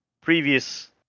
previous